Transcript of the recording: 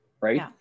Right